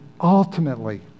ultimately